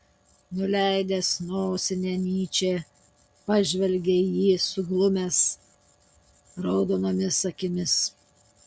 nuleidęs nosinę nyčė pažvelgė į jį suglumęs raudonomis akimis